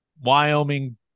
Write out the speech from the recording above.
Wyoming